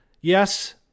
yes